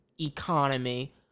economy